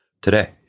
today